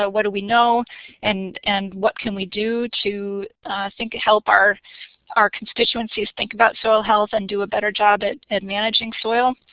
ah what do we know and and what can we do to think help our our constituencies think about soil health and do a better job at at managing soil.